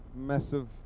massive